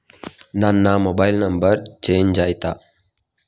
ನನ್ನ mobile number change ಆಯ್ತಾ?